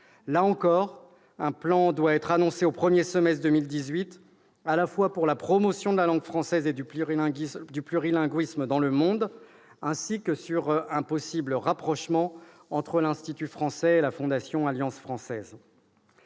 Là encore, un plan doit être annoncé au premier semestre 2018, à la fois pour la promotion de la langue française et du plurilinguisme dans le monde, ainsi que sur un possible rapprochement entre l'Institut français et la Fondation Alliance française.